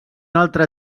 altre